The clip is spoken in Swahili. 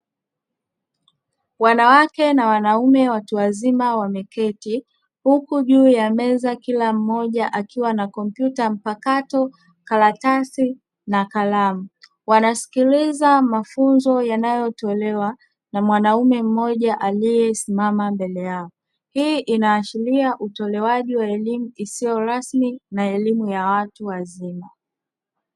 Wanawake na wanaume watu wazima wameketi huku juu ya meza kila mmoja akiwa na kompyuta mpakato, karatasi na kalamu. Wanasikiliza mafunzo yanayotolewa na mwanaume mmoja aliyesimama mbele yao. Hii inaashiria utolewaji wa elimu isiyo rasmi na elimu ya watu wazima.